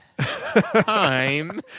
time